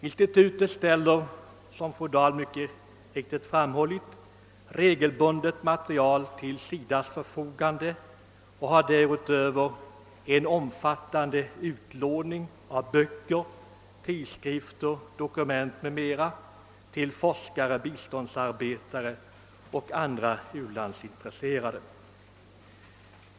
Institutet ställer — som fru Dahl redan framhållit — regelbundet material till SIDA:s förfogande och bedriver därutöver en omfattande utlåning av böcker, tidskrifter, dokument m.m. till forskare, biståndsarbetare och andra ulandsintresserade.